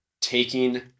taking